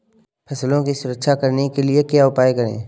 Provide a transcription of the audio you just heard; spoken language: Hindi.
फसलों की सुरक्षा करने के लिए क्या उपाय करें?